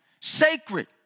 sacred